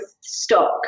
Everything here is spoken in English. stock